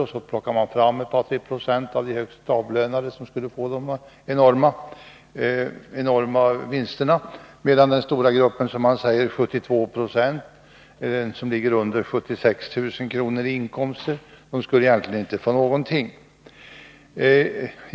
Man plockar då fram ett par tre procent av de högst avlönade, som skulle få enorma vinster, medan den stora gruppen — 72 Yo säger man — som har under 76 000 i inkomster egentligen inte skulle få någonting.